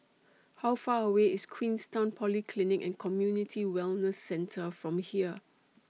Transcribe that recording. How Far away IS Queenstown Polyclinic and Community Wellness Centre from here